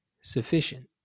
sufficient